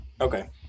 Okay